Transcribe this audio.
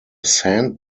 sand